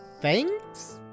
thanks